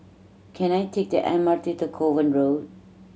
can I take the M R T to Kovan Road